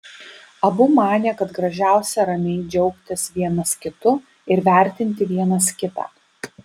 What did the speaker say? abu manė kad gražiausia ramiai džiaugtis vienas kitu ir vertinti vienas kitą